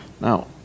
Now